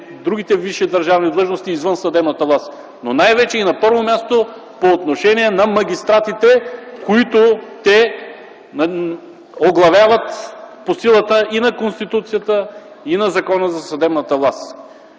другите висши държавни длъжности извън съдебната власт, но най-вече и на първо място по отношение на магистратите, които те оглавяват по силата и на Конституцията, и на Закона за съдебната власт.